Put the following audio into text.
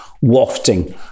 wafting